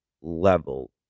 level